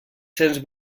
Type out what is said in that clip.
cents